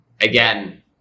again